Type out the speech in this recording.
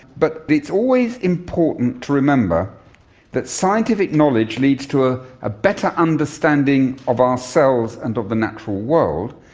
but it's always important to remember that scientific knowledge leads to a ah better understanding of ourselves and of the natural world,